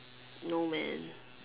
no man